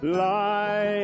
lie